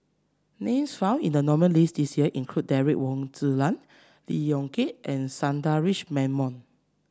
names found in the nominees' list this year include Derek Wong Zi Liang Lee Yong Kiat and Sundaresh Menon